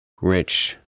rich